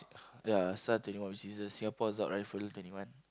ya SAR twenty one which is the Singapore-Assault-Rifle twenty one